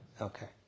Okay